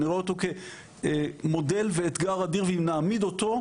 אני רואה אותו כמודל ואתגר אדיר ואם נעמיד אותו,